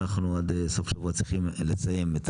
אנחנו עד סוף שבוע צריכים לסיים את